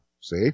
see